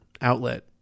outlet